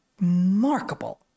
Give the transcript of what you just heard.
remarkable